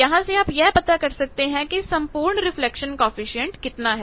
यहां से आप यह पता कर सकते हैं कि संपूर्ण रिफ्लेक्शन कॉएफिशिएंट कितना है